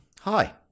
Hi